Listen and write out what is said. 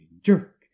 jerk